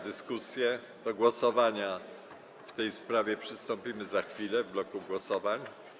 Do głosowania w tej sprawie przystąpimy za chwilę w bloku głosowań.